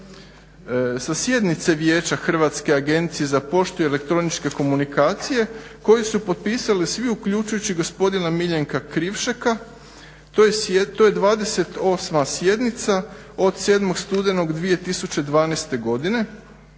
sa sjednice Vijeća Hrvatske agencije za poštu i elektroničke komunikacije koji su potpisali svi uključujući i gospodina Miljenka Krivšeka, to je 28. sjednica od 7. studenog 2012. godine